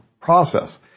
process